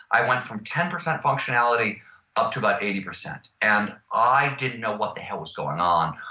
i went from ten percent functionality up to about eighty percent. and i didn't know what the hell was going on.